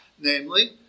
Namely